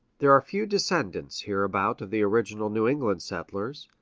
there are few descendants hereabout of the original new england settlers,